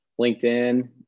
LinkedIn